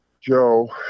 Joe